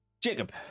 Jacob